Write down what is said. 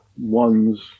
one's